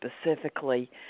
specifically